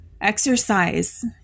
Exercise